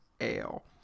ale